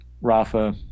Rafa